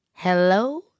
Hello